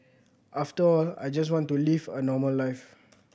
after all I just want to live a normal life